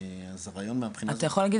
אז הבעיה מהבחינה הזו --- אתה יכול להגיד